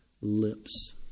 lips